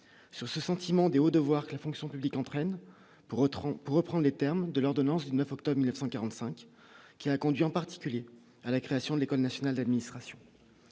sur ce sentiment D de voir que la fonction publique entraîne pour eux 30, reprend les termes de l'ordonnance 9 octobre 1945 qui a conduit en particulier à la création de l'École nationale d'administration